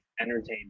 Entertainment